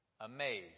amazed